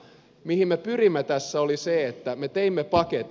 se mihin me pyrimme tässä oli se että me teimme paketin